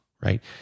right